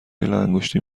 لاانگشتی